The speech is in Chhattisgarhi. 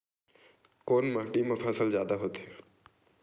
कोन माटी मा फसल जादा होथे?